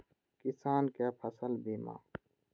किसान कै फसल बीमा?